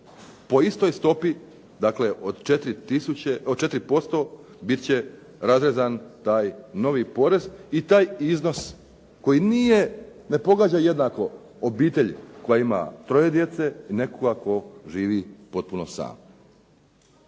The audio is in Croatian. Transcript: Po istoj stopi od 4% bit će razrezan taj novi porez i taj iznos koji ne pogađa jednako obitelji koja ima troje djece i nekoga tko živi potpuno sam.